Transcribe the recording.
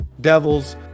devils